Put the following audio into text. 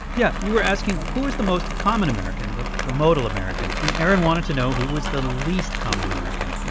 yeah. you were asking who is the most common american, the the modal american, and aaron wanted to know who was the least common american. and